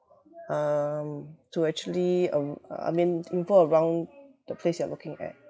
um to actually um I mean info around the place you are looking at